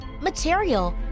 material